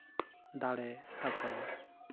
ᱫᱟᱲᱮ ᱟᱠᱚᱣᱟ